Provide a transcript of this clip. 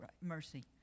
mercy